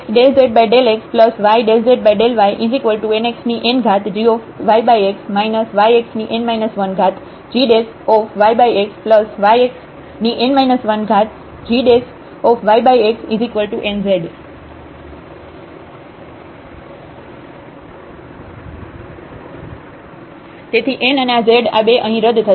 x∂z∂xy∂z∂ynxngyx yxn 1gyxyxn 1gyxnz તેથી n અને આ z આ બે અહીં રદ થશે